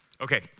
Okay